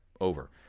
over